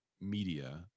media